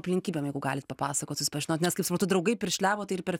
aplinkybėm jeigu galit papasakot susipažinot nes kai suprantu draugai piršliavo tai ir per